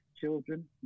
children